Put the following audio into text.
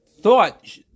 thought